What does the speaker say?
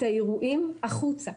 את האירועים החוצה.